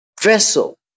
vessel